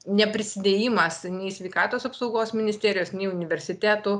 neprisidėjimas nei sveikatos apsaugos ministerijos nei universitetų